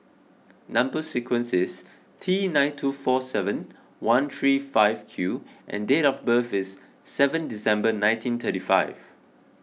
Number Sequence is T nine two four seven one three five Q and date of birth is seven December nineteen thirty five